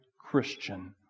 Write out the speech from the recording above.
Christian